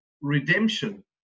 redemption